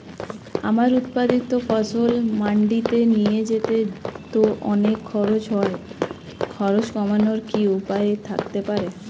আমার উৎপাদিত ফসল মান্ডিতে নিয়ে যেতে তো অনেক খরচ হয় খরচ কমানোর কি উপায় থাকতে পারে?